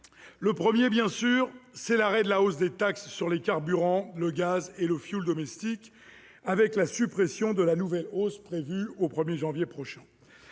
La première, c'est bien sûr l'arrêt de la hausse des taxes sur les carburants, le gaz et le fioul domestique, avec la suppression de la nouvelle hausse prévue le 1 janvier prochain.